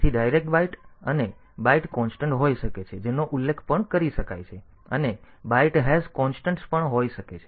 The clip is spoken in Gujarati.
તેથી ડાયરેક્ટ બાઈટ અને એ બાઈટ કોન્સ્ટન્ટ હોઈ શકે છે જેનો ઉલ્લેખ પણ કરી શકાય છે અને બાઈટ હેશ કોન્સ્ટન્ટ પણ હોઈ શકે છે